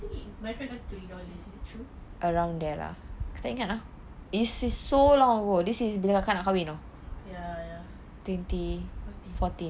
my friend left thirty dollars is it true ya ya